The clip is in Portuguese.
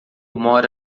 mora